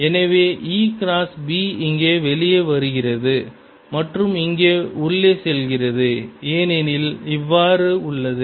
எனவே E cross B இங்கே வெளியே வருகிறது மற்றும் இங்கு உள்ளே செல்கிறது ஏனெனில் B இவ்வாறு உள்ளது